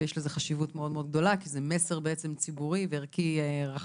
ויש לזה חשיבות מאוד גדולה כי זה בעצם מסר ציבורי וערכי רחב